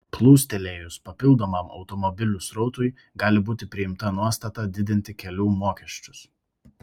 plūstelėjus papildomam automobilių srautui gali būti priimta nuostata didinti kelių mokesčius